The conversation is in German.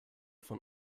von